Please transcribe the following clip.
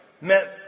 meant